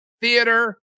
theater